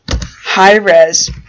high-res